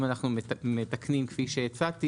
אם אנחנו מתקנים כפי שהצעתי,